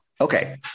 Okay